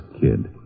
kid